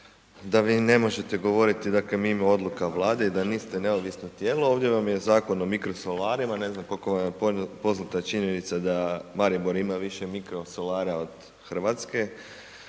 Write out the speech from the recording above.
da vi ne možete govoriti dakle, mimo odluka vlade i da niste neovisno tijelo. Ovdje vam je Zakon o mikrosolarima, ne znam koliko vam je poznata činjenica, da Maribor ima više mikrosolara od Hrvatske.